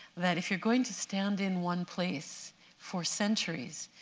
that if you're going to stand in one place for centuries,